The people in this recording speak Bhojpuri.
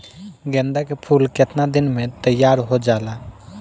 गेंदा के फूल केतना दिन में तइयार हो जाला?